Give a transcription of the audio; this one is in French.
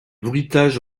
bruitages